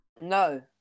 No